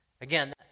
again